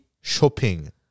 shopping